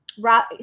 right